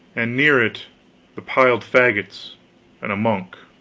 and near it the piled fagots and a monk.